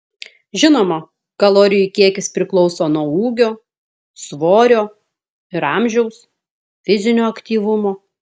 žinoma kalorijų kiekis priklauso nuo ūgio svorio ir amžiaus fizinio aktyvumo